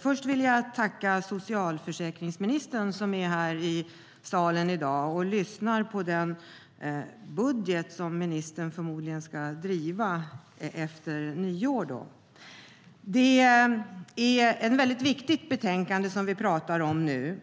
Först vill jag tacka socialförsäkringsministern, som är här i salen i dag och lyssnar på debatten om den budget som ministern förmodligen ska driva efter nyår. Det är ett väldigt viktigt betänkande som vi nu pratar om.